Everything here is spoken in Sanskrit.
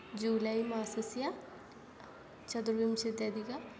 जुलै मासस्य चतुर्विंशत्यधिक